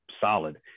solid